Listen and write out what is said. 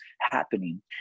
happening